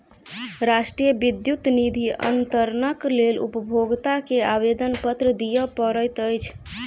राष्ट्रीय विद्युत निधि अन्तरणक लेल उपभोगता के आवेदनपत्र दिअ पड़ैत अछि